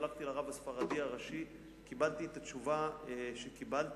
הלכתי לרב הספרדי הראשי וקיבלתי את התשובה שקיבלתי.